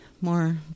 more